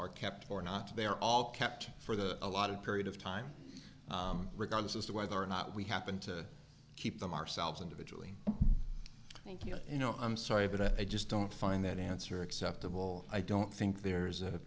are kept or not they are all kept for the a lot of period of time regardless as to whether or not we happen to keep them ourselves individually thank you you know i'm sorry but i just don't find that answer acceptable i don't think there is a